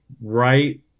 right –